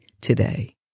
today